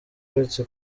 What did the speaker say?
uretse